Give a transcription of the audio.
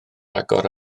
agor